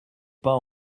pas